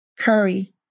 Curry